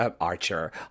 Archer